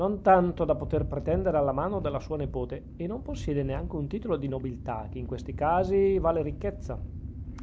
non tanto da poter pretendere alla mano della sua nepote e non possiede neanche un titolo di nobiltà che in questi casi vale ricchezza